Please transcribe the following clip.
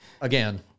again